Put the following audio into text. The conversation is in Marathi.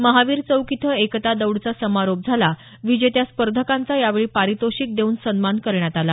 महावीर चौक इथं एकता दौडचा समारोप झाला विजेत्या स्पर्धकांचा यावेळी पारितोषिक देऊन सन्मान करण्यात आला